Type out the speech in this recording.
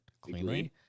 cleanly